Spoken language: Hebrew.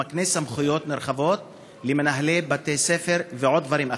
ומקנה סמכויות נרחבות למנהלי בתי ספר ועוד דברים אחרים.